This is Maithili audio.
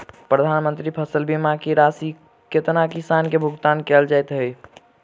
प्रधानमंत्री फसल बीमा की राशि केतना किसान केँ भुगतान केल जाइत है?